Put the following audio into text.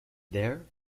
there